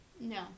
No